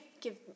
give